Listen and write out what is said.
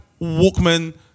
Walkman